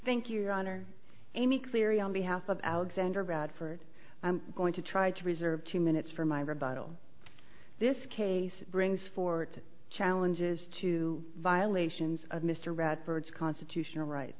thank you your honor amy cleary on behalf of alexander bradford i'm going to try to reserve two minutes for my rebuttal this case brings forth challenges to violations of mr radford's constitutional rights